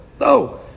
No